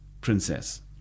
princess